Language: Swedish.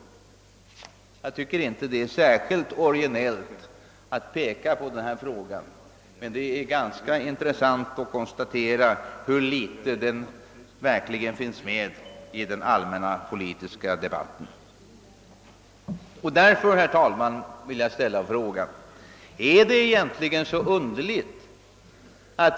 Jag tycker inte det är särskilt originellt att peka på den här frågan, men det är ganska intressant att konstatera, i hur liten grad den verkligen finns med i den allmänna politiska debatten.